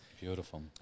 Beautiful